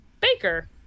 Baker